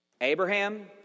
Abraham